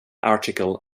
article